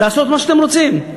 לעשות מה שאתם רוצים.